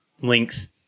length